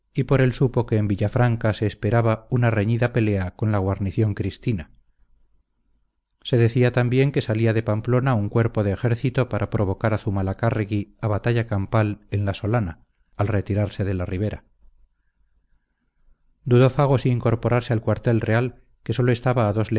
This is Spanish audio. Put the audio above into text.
y por él supo que en villafranca se esperaba una reñida pelea con la guarnición cristina se decía también que salía de pamplona un cuerpo de ejército para provocar a zumalacárregui a batalla campal en la solana al retirarse de la ribera dudó fago si incorporarse al cuartel real que sólo estaba a dos